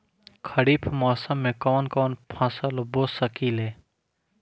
खरिफ मौसम में कवन कवन फसल बो सकि ले?